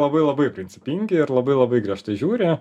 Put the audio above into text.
labai labai principingi ir labai labai griežtai žiūri